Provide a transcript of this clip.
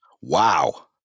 Wow